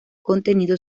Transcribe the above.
contenido